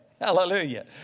Hallelujah